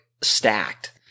stacked